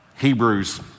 hebrews